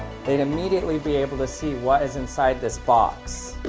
they'd immediately be able to see what is inside this box.